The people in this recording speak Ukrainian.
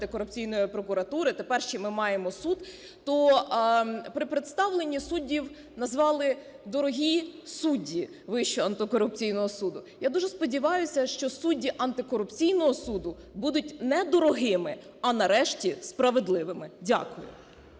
антикорупційної прокуратури, тепер ще ми маємо суд, то при представленні суддів назвали "дорогі судді Вищого антикорупційного суду". Я дуже сподіваюся, що судді Антикорупційного суду будуть не дорогими, а нарешті справедливими. Дякую.